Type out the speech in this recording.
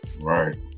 Right